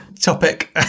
topic